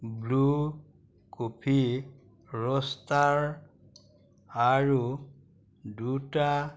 blue coffee roaster আৰু দুটা